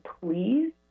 please